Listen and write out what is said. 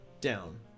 down